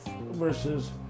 versus